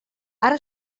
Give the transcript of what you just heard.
ara